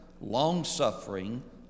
long-suffering